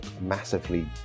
massively